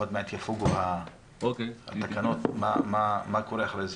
עוד מעט יפוגו התקנות ומה קורה אחרי זה.